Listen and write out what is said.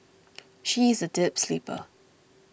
she is a deep sleeper